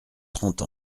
trente